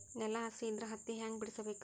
ನೆಲ ಹಸಿ ಇದ್ರ ಹತ್ತಿ ಹ್ಯಾಂಗ ಬಿಡಿಸಬೇಕು?